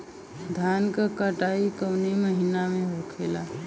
धान क कटाई कवने महीना में होखेला?